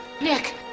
Nick